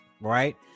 right